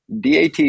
DAT